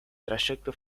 trayecto